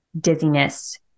dizziness